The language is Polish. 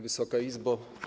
Wysoka Izbo!